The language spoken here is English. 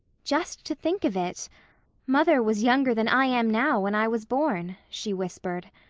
just to think of it mother was younger than i am now when i was born, she whispered.